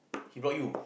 he block you